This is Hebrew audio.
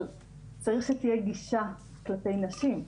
אבל צריך שתהיה גישה כלפי נשים.